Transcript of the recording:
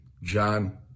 John